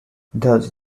thus